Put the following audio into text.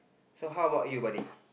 so how about you buddy